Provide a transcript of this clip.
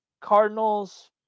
Cardinals